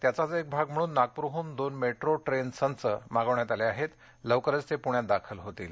त्याचाच एक भाग म्हणून नागपूरहून दोन मेट्रो ट्रेन संच मागवण्यात आले असून लवकरच ते पूण्यात दाखल होतील